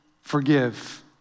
forgive